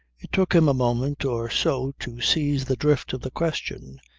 it took him a moment or so to seize the drift of the question.